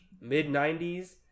Mid-90s